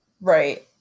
Right